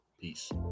Peace